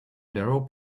narrow